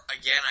again